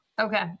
Okay